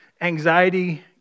anxiety